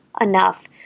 enough